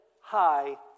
high